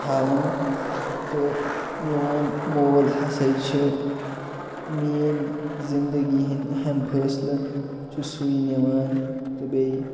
تھاوُن تہٕ میون مول ہَسا چھُ میٲنٛۍ زِندَگی ہٕنٛدۍ اہم فٲصلہٕ چھُ سُے نِوان تہٕ بیٚیہِ